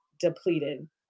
Depleted